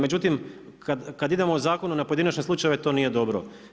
Međutim kada idemo u zakonu na pojedinačne slučajeve to nije dobro.